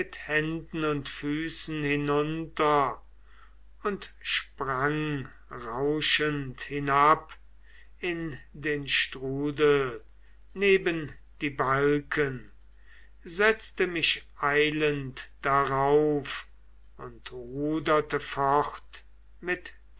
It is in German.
händen und füßen hinunter und sprang rauschend hinab in den strudel neben die balken setzte mich eilend darauf und ruderte fort mit